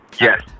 yes